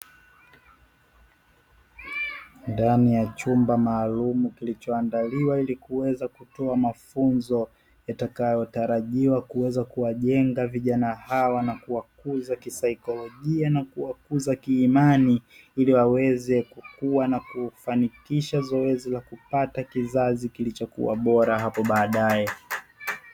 Ndani ya chumba maalumu kilichoandaliwa ili kuweza kutoa mafunzo yatakayotarajiwa kuweza kuwajenga vijana hawa na kuwakuza kisaikolojia na kuwakuza kiimani ili waweze kukua na kufanikisha zoezi la kupata kizazi kilichokua bora hapo baadae.